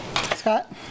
Scott